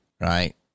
right